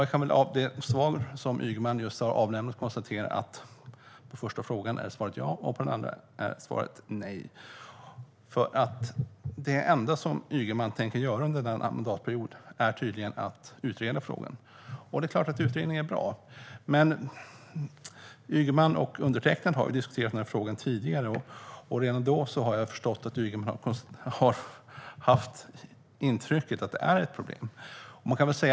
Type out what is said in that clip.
Av det svar som Ygeman just har avlämnat kan jag konstatera att svaret på den första frågan är ja och att svaret på den andra frågan är nej. Det enda som Ygeman tänker göra under denna mandatperiod är tydligen att utreda frågan. Det är klart att det är bra med en utredning. Men Ygeman och jag har diskuterat den här frågan tidigare. Redan då förstod jag att du inte har haft intrycket av att det är ett problem.